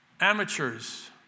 Amateurs